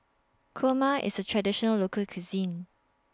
Kurma IS A Traditional Local Cuisine